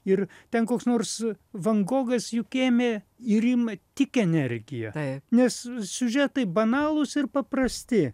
ir ten koks nors van gogas juk ėmė ir ima tik energiją nes siužetai banalūs ir paprasti